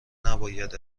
نباید